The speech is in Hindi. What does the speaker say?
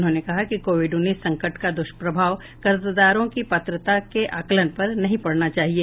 उन्होंने कहा कि कोविड उन्नीस संकट का द्वष्प्रभाव कर्जदारों की पात्रता के आकलन पर नहीं पडना चाहिए